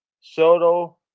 Soto